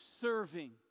serving